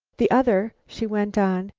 the other, she went on,